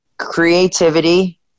creativity